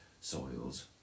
soils